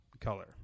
color